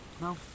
No